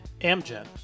Amgen